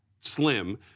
slim